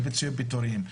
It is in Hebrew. בפיצויי פיטורין.